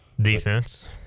defense